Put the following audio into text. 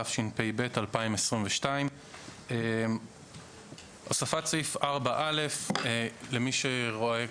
התשפ"ב 2022. הוספת סעיף 4א. למי שרואה,